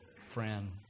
friend